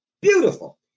Beautiful